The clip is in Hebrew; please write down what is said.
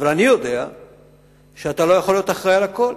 אבל אני יודע שאתה לא יכול להיות אחראי לכול,